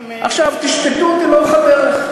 תשפטו אותי לאורך הדרך.